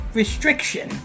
restriction